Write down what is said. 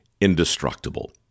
indestructible